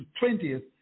20th